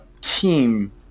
team